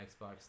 Xbox